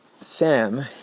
Sam